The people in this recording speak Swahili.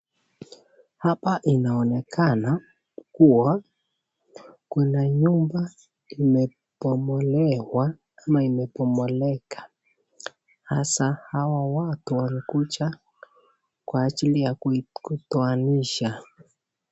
Hapa mkunaonekana kuwa kuna nyumba imebomolewa ama imebomoleka, sasa hawa watu wakikuja kwa ajili ya kutoanisha.